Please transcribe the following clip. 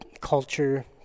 culture